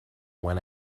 one